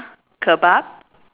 kebab